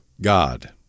God